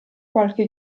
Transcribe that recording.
qualche